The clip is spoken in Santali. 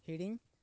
ᱦᱤᱲᱤᱧ